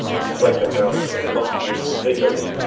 you know if you break that down to a monthly figure, it's,